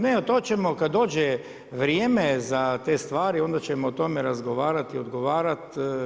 Ne, to ćemo kada dođe vrijeme za te stvari, onda ćemo o tome razgovarati, odgovarati.